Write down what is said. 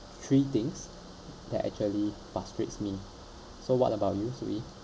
three things that actually frustrates me so what about you soo ee